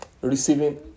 receiving